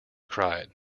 cried